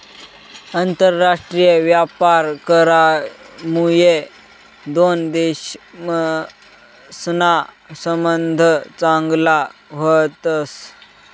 आंतरराष्ट्रीय व्यापार करामुये दोन देशसना संबंध चांगला व्हतस